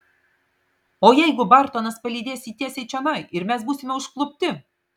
o jeigu bartonas palydės jį tiesiai čionai ir mes būsime užklupti